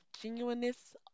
genuineness